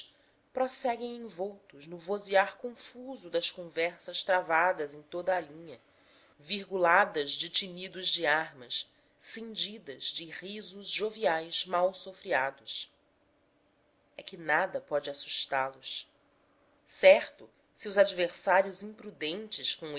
prosseguem envoltos no vozear confuso das conversas travadas em toda a linha virguladas de tinidos de armas cindidas de risos joviais mal sofreados é que nada pode